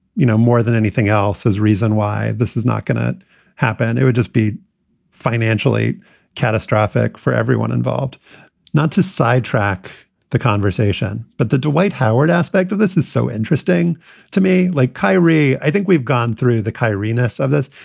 you know, more than anything else, is reason why this is not going to happen. it would just be financially catastrophic for everyone involved not to sidetrack the conversation. but the dwight howard aspect of this is so interesting to me. like kyrie, i think we've gone through the chirinos of this.